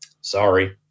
sorry